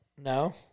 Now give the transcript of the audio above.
No